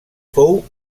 fou